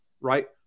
right